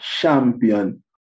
champion